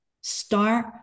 start